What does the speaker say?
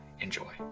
Enjoy